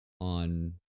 on